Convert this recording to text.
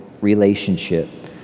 relationship